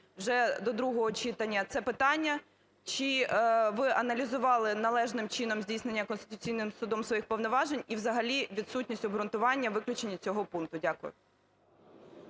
вже до другого читання це питання, чи ви аналізували належним чином здійснення Конституційним Судом своїх повноважень і взагалі відсутність обґрунтування виключення цього пункту. Дякую.